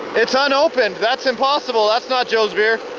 it's unopened, that's impossible, that's not joe's beer.